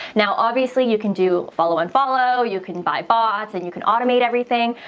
now obviously you can do follow and follow. you can by bots and you can automate everything,